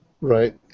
Right